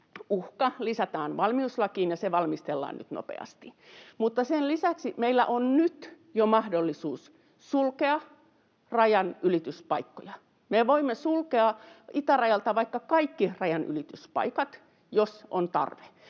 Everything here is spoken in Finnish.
lisätään valmiuslakiin ja se valmistellaan nyt nopeasti, mutta sen lisäksi meillä on jo nyt mahdollisuus sulkea rajanylityspaikkoja. Me voimme sulkea itärajalta vaikka kaikki rajanylityspaikat, jos on tarve,